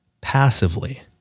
passively